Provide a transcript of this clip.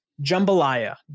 jambalaya